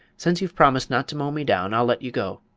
since you've promised not to mow me down, i'll let you go.